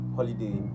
Holiday